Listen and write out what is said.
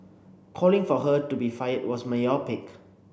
calling for her to be fired was myopic